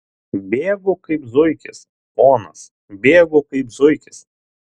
bėgu kaip zuikis ponas bėgu kaip zuikis